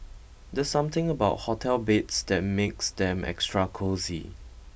there's something about hotel beds that makes them extra cosy